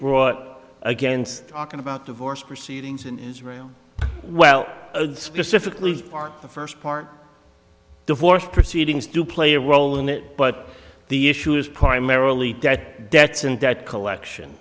brought against talking about divorce proceedings in israel well specifically as part the first part divorce proceedings do play a role in it but the issue is primarily debt debts and debt collection